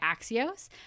Axios